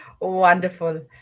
Wonderful